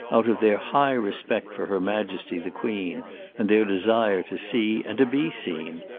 out of their high respect for her majesty the queen and their desire to see and to be seen.